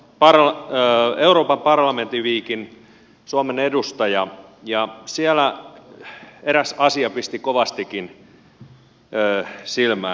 sain olla european parliamentary weekin suomen edustaja ja siellä eräs asia pisti kovastikin silmään